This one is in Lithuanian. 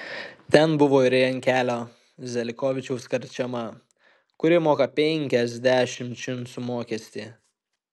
ten buvo ir jankelio zelikovičiaus karčema kuri moka penkiasdešimt činšų mokestį